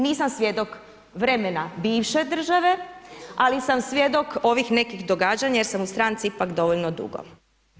Nisam svjedok vremena bivše države, ali sam svjedok ovih nekih događanja jer sam u stranci ipak dovoljno dugo.